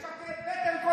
יש לה כאב בטן כל פעם.